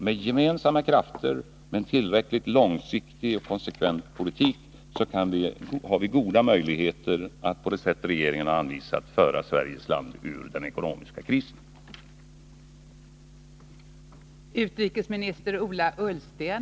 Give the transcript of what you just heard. Med gemensamma krafter, med en tillräckligt långsiktig och konsekvent politik, har vi goda möjligheter att, på det sätt regeringen har anvisat, föra Sveriges land ur den ekonomiska krisen.